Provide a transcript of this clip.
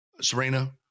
Serena